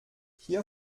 hier